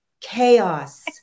chaos